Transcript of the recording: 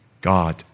God